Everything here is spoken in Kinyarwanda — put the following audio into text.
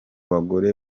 bagore